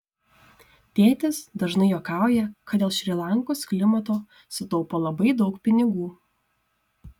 tėtis dažnai juokauja kad dėl šri lankos klimato sutaupo labai daug pinigų